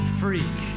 freak